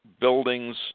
buildings